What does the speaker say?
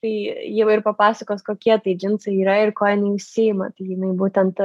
tai jau ir papasakos kokie tai džinsai yra ir kuo jinai užsiima tai jinai būtent